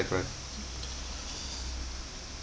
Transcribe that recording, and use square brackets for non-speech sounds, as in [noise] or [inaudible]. right [breath]